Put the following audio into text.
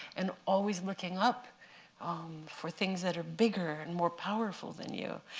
and always looking up um for things that are bigger and more powerful than you.